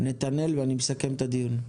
ואז נתנאל ואני מסכם את הדיון.